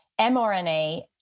mRNA